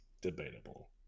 debatable